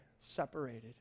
Separated